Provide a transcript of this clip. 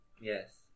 Yes